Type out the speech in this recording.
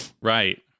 Right